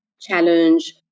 challenge